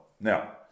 Now